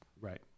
Right